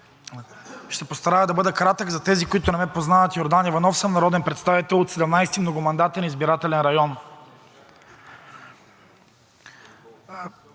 се постарая да бъда кратък. За тези, които не ме познават – Йордан Иванов, народен представител от Седемнадесети многомандатен избирателен район.